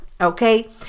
okay